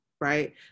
right